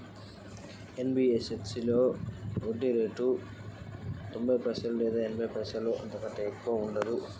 NBFC లో వడ్డీ ఎట్లా ఉంటది?